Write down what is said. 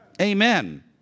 Amen